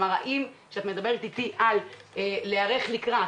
האם כשאת מדברת אתי על להיערך לקראת,